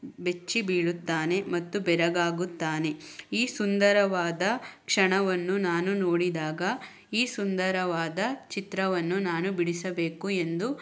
ಬೆಚ್ಚಿಬೀಳುತ್ತಾನೆ ಮತ್ತು ಬೆರಗಾಗುತ್ತಾನೆ ಈ ಸುಂದರವಾದ ಕ್ಷಣವನ್ನು ನಾನು ನೋಡಿದಾಗ ಈ ಸುಂದರವಾದ ಚಿತ್ರವನ್ನು ನಾನು ಬಿಡಿಸಬೇಕು ಎಂದು